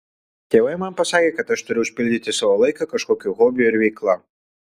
tėvai man pasakė kad aš turiu užpildyti savo laiką kažkokiu hobiu ir veikla